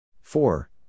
four